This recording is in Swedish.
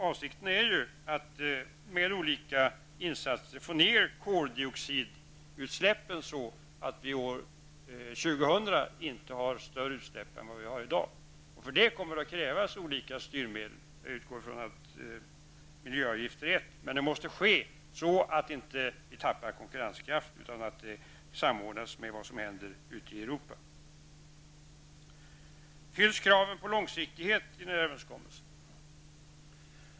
Avsikten är ju att med hjälp av olika insatser få ner koldioxidutsläppen så att de år 2000 inte är större än utsläppen i dag. För det kommer att krävas olika styrmedel. Jag utgår från att miljöavgifter är ett sådant. Men det måste ske så att Sverige inte tappar konkurrenskraften utan att det samordnas med vad som händer i Europa. Uppfylls kraven på långsiktighet i överenskommelsen?